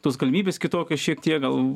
tos galimybės kitokios šiek tiek gal